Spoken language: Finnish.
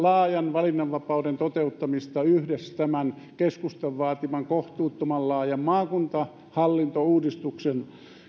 valinnanvapauden toteuttamista yhdessä tämän keskustan vaatiman kohtuuttoman laajan maakuntahallintouudistuksen